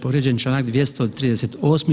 Povrijeđen je Članak 238.